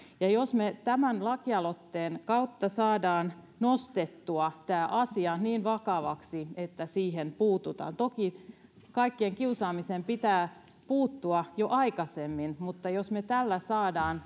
jos me tämän lakialoitteen kautta saamme nostettua tämän asian niin vakavaksi että siihen puututaan toki kaikkeen kiusaamiseen pitää puuttua jo aikaisemmin mutta jos me tällä saamme